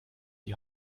die